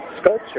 sculpture